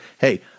hey